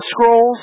scrolls